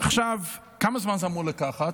עכשיו, כמה זמן זה אמור לקחת?